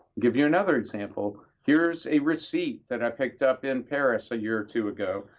give you another example here is a receipt that i picked up in paris a year or two ago.